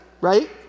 right